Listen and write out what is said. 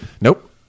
Nope